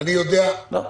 אוסאמה,